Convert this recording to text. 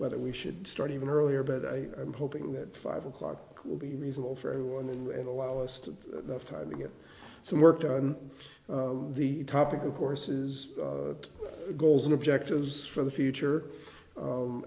whether we should start even earlier but i am hoping that five o'clock will be reasonable for everyone and allow us to have time to get some worked on the topic of courses goals and objectives for the future